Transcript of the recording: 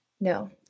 no